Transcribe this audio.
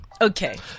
Okay